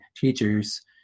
teachers